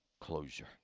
closure